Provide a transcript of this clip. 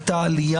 הייתה עלייה?